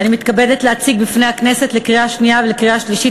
אני מתכבדת להציג בפני הכנסת לקריאה שנייה ולקריאה שלישית